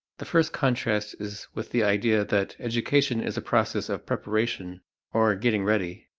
the first contrast is with the idea that education is a process of preparation or getting ready.